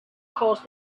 caused